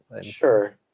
Sure